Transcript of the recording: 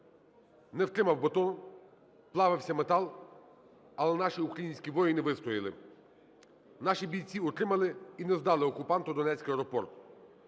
Не втримав бетон, плавився метал, але наші українські воїни вистояли. Наші бійці утримали і не здали окупанту Донецький аеропорт.